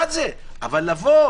אבל לבוא